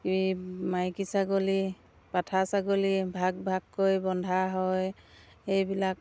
এই মাইকী ছাগলী পাঠা ছাগলী ভাগ ভাগকৈ বন্ধা হয় এইবিলাক